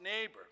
neighbor